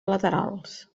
laterals